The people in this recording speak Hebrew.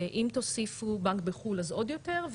אם תוסיפו בנק בחו"ל אז עוד יותר.